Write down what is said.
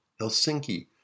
Helsinki